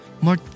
More